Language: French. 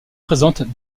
présentes